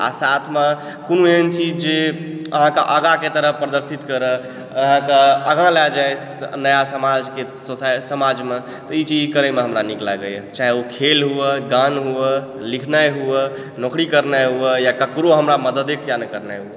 आओर साथमे कोनो एहन चीज जे अहाँके आगाके तरफ प्रदर्शित करै अहाँके आगा लए जाइ नया समाजमे ई चीज करैमे हमरा नीक लागैए चाहे ओ खेल हुए या गान हुए लिखनाइ हुए नौकरी करनाइ हुए या ककरो हमरा मदते किया नहि करनाइ हुए